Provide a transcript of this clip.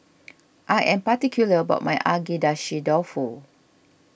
I am particular about my Agedashi Dofu